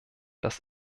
dass